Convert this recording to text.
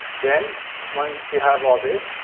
then, once you have all this,